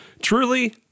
Truly